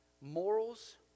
morals